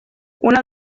una